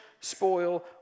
spoil